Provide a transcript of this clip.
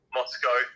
Moscow